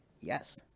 Yes